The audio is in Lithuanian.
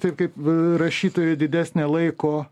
taip kaip rašytojai didesnę laiko